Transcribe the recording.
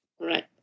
Right